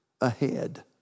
ahead